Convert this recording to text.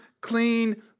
clean